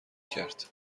کرد